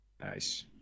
Nice